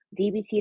dbt